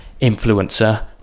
influencer